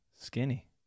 Skinny